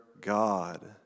God